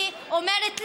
היא אומרת לנו,